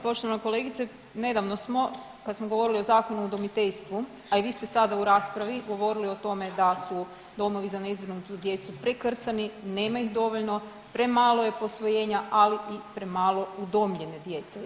Poštovana kolegice, nedavno smo kad smo govorili o Zakonu o udomiteljstvu, a i vi ste sada u raspravi govorili o tome da su domovi za nezbrinutu djecu prekrcani, nema ih dovoljno, premalo je posvojenja, ali i premalo i udomljene djece.